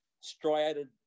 striated